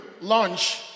launch